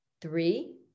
Three